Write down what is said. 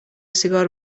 سیگار